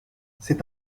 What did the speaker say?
c’est